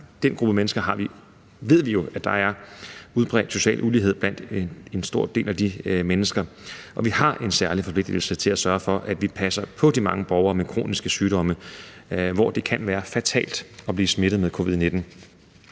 risikogruppe. Her ved vi jo, at der er en udbredt social ulighed i forhold til en stor del af de mennesker. Og vi har en særlig forpligtigelse til at sørge for at passe på de mange borgere med kroniske sygdomme, hvor det kan være fatalt at blive smittet med covid-19.